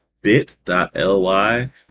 bit.ly